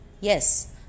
Yes